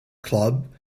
club